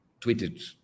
tweeted